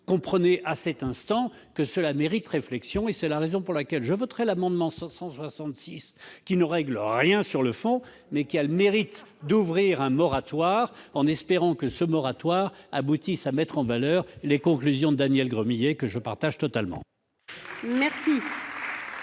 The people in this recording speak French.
comprendrez à cet instant que cela mérite réflexion ! C'est la raison pour laquelle je voterai l'amendement n° I-166, qui ne règle rien sur le fond, mais qui a le mérite d'ouvrir un moratoire. Espérons que celui-ci aboutisse à la mise en valeur des conclusions, que je partage totalement,